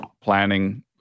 planning